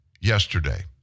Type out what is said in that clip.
yesterday